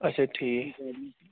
اچھا ٹھیٖک